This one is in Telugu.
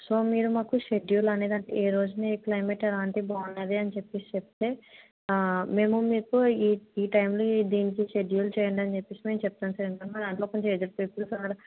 సో మీరు మాకు షెడ్యూలనేదాని ఏ రోజు మీరు క్లైమేట్ అలాంటిది బాగున్నాది అనేసి చెప్పేసి చెప్తే మేము మీకు ఈ ఈ టైంలో ఈ దీనికి షెడ్యూల్ చేయండి అని చెప్పేసి మేము చెప్తాం సార్ అంటే మా దాంట్లో కొంచెం ఏజిడ్ పీపుల్స్ ఉన్నారు